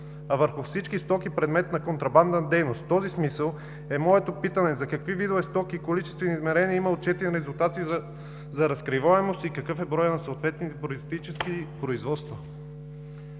а върху всички стоки – предмет на контрабандна дейност. В този смисъл е моето питане: за какви видове стоки и количествени измерения има отчетени резултати за разкриваемост и какъв е броят на съответните произтичащи производства?